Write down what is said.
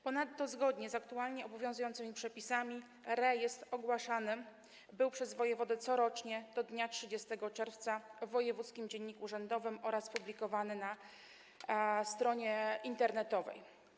Ponadto zgodnie z aktualnie obowiązującymi przepisami rejestr ogłaszany był przez wojewodę corocznie, do dnia 30 czerwca, w wojewódzkim dzienniku urzędowym oraz publikowany na stronie internetowej.